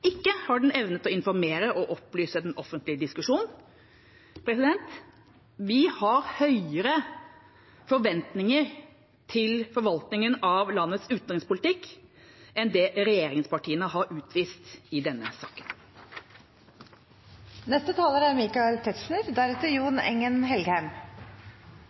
Ikke har den sørget for å konsultere Stortinget, ikke har den evnet å informere og opplyse den offentlige diskusjonen. Vi har høyere forventninger til forvaltningen av landets utenrikspolitikk enn det regjeringspartiene har utvist i denne